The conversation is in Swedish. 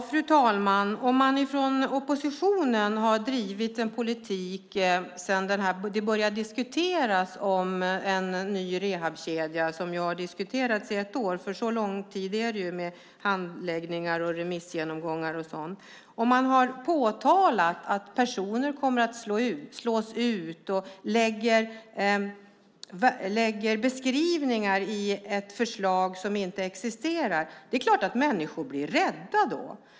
Fru talman! Om man från oppositionen har drivit en politik sedan en ny rehabkedja började diskuteras för ett år sedan - för så lång tid är det med handläggningar, remissgenomgångar och sådant - där man påtalat att personer kommer att slås ut och beskriver ett förslag som inte existerar är det klart att människor blir rädda.